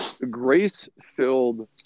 grace-filled